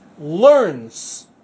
learns